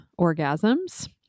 orgasms